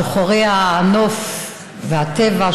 שוחרי הנוף והטבע,